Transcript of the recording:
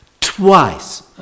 Twice